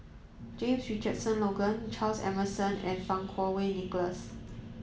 James Richardson Logan Charles Emmerson and Fang Kuo Wei Nicholas